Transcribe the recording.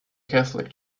catholic